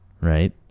Right